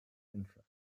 interesting